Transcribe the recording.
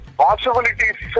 possibilities